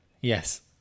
Yes